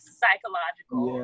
psychological